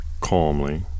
Calmly